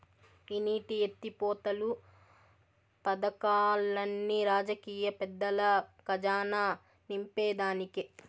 ఈ నీటి ఎత్తిపోతలు పదకాల్లన్ని రాజకీయ పెద్దల కజానా నింపేదానికే